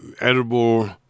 edible